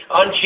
on